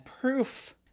proof